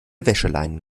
wäscheleinen